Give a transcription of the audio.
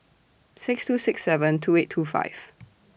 six two six seven two eight two five